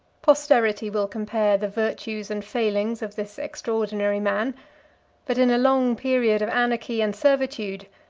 posterity will compare the virtues and failings of this extraordinary man but in a long period of anarchy and servitude,